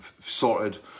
sorted